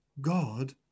god